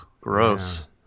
Gross